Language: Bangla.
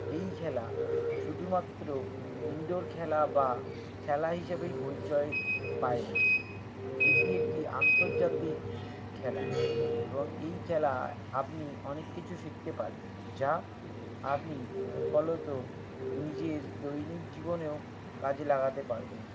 এই খেলা শুধুমাত্র ইনডোর খেলা বা খেলা হিসেবেই পরিচয় পায় না এটি একটি আন্তর্জাতিক খেলা এবং এই খেলায় আপনি অনেক কিছু শিখতে পারবেন যা আপনি ফলত নিজের দৈনিক জীবনেও কাজে লাগাতে পারবেন